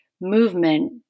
movement